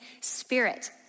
Spirit